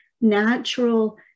natural